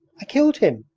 i killed him.